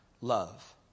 Love